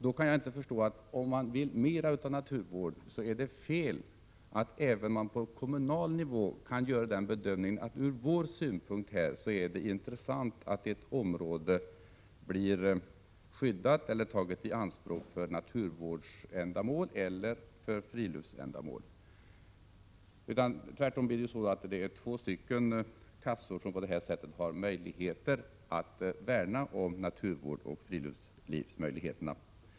Jag kan inte förstå att, om man vill ha mer av naturvård, det skulle vara fel om man även på kommunal nivå kan göra bedömningen att det ur vår synpunkt är intressant att ett område blir skyddat eller taget i anspråk för naturvårdsändamål eller friluftsändamål. Tvärtom blir det då två kassor som har möjlighet att värna om naturvårdsoch friluftslivsmöjligheterna.